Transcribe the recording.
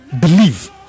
believe